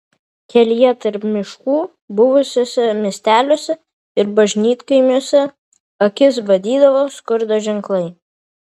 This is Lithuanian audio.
kelyje tarp miškų buvusiuose miesteliuose ir bažnytkaimiuose akis badydavo skurdo ženklai